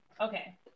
okay